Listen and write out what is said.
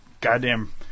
Goddamn